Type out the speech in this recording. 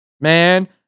Man